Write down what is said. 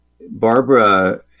Barbara